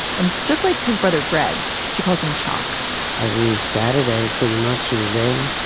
and just like his brother, greg, she calls him t'chak every saturday pretty much he was there